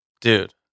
Dude